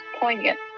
poignant